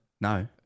No